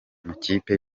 makipe